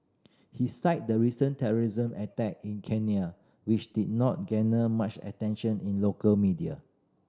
he cited the recent terrorism attack in Kenya which did not garner much attention in local media